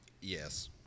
Yes